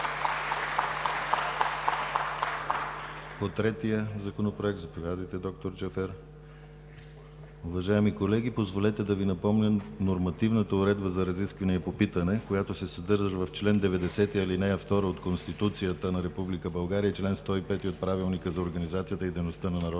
По третия Законопроект – заповядайте, доктор Джафер. Уважаеми колеги, позволете да Ви напомня нормативната уредба за разисквания по питане, която се съдържа в чл. 90, ал. 2 от Конституцията на Република България, чл. 105 от Правилника за организацията и дейността на Народното